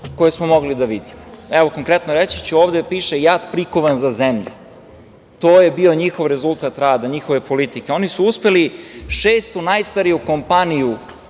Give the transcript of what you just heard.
koje smo mogli da vidimo. Evo, konkretno, ovde piše – JAT prikovan za zemlju. To je bio njihov rezultat rada njihove politike. Oni su uspeli šestu najstariju kompaniju